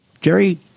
Jerry